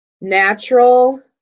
natural